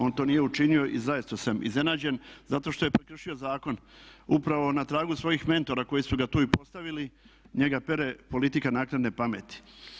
On to nije učinio i zaista sam iznenađen zato što je prekršio zakon upravo na tragu svojih mentora koji su ga tu i postavili, njega pere politika naknadne pameti.